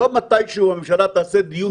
לא מתישהו הממשלה תעשה דיון